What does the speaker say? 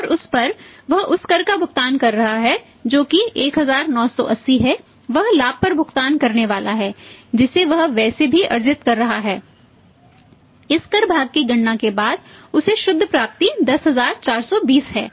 और उस पर वह उस कर का भुगतान कर रहा है जो कि 1980 है वह लाभ पर भुगतान करने वाला है जिसे वह वैसे भी अर्जित कर रहा है इस कर भाग की गणना के बाद उसे शुद्ध प्राप्ति 10420 है